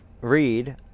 read